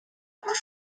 are